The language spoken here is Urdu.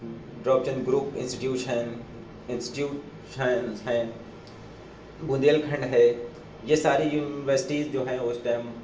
ڈروپس اینڈ گروپ انسٹیٹیوٹس ہیں انسٹیٹیوٹ ہیں ہیں بندیل کھنڈ ہے یہ ساری یونیورسٹیز جو ہیں وہ اس ٹائم